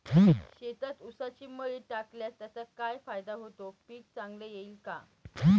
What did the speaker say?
शेतात ऊसाची मळी टाकल्यास त्याचा काय फायदा होतो, पीक चांगले येईल का?